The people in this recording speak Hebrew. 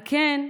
על כן,